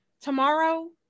tomorrow